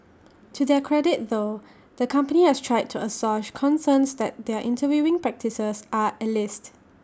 to their credit though the company has tried to assuage concerns that their interviewing practices are elitist